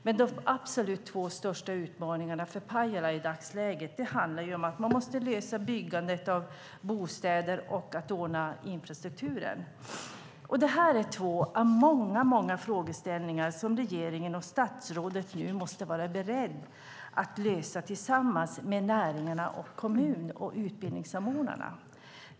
Men de två absolut största utmaningarna för Pajala handlar i dagsläget om att man måste lösa frågan om byggandet av bostäder och ordna infrastrukturen. Det här är två av många frågeställningar som regeringen och statsrådet nu måste vara beredda att lösa tillsammans med näringarna, kommunen och utbildningsanordnarna.